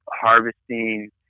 harvesting